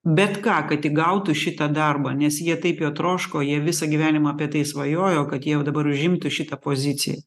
bet ką kad tik gautų šitą darbą nes jie taip jo troško jie visą gyvenimą apie tai svajojo kad jie jau dabar užimtų šitą poziciją